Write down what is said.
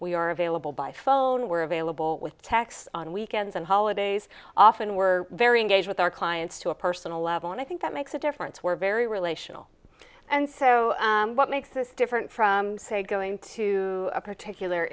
we are available by phone we're available with tax on weekends and holidays off and we're very engaged with our clients to a personal level and i think that makes a difference we're very relational and so what makes this different from say going to a particular